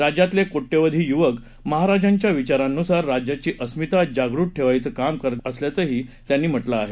राज्यातले कोट्यावधी युवक महाराजांच्या विचारांनुसार राज्याची अस्मिता जागृत ठेवायचं काम करत असल्याचंही त्यांनी म्हटलं आहे